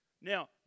Now